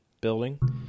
building